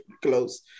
close